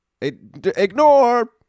Ignore